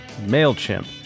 MailChimp